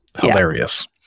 hilarious